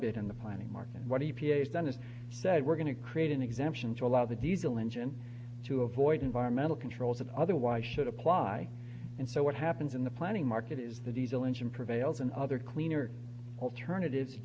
bit in the planning mark and what do you ph done is said we're going to create an exemption to allow the diesel engine to avoid environmental controls and otherwise should apply and so what happens in the planning market is the diesel engine prevails and other cleaner alternatives